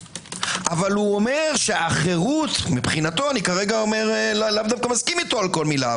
אבל הוא אומר שהחירות מבחינתו לאו דווקא אני מסכים איתו בכל מילה,